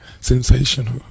Sensational